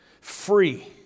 Free